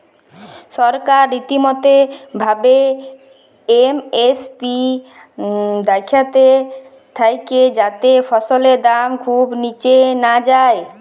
সরকার রীতিমতো ভাবে এম.এস.পি দ্যাখতে থাক্যে যাতে ফসলের দাম খুব নিচে না যায়